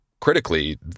critically